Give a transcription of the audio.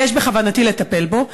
ובכוונתי לטפל בו.